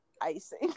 icing